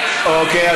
ועדת, אוקיי.